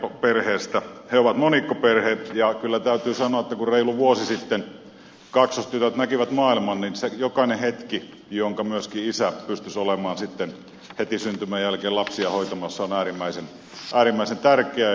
he ovat monikkoperhe ja kyllä täytyy sanoa että kun reilu vuosi sitten kaksostytöt näkivät maailman niin jokainen hetki jonka myöskin isä pystyi olemaan heti syntymän jälkeen lapsia hoitamassa oli äärimmäisen tärkeä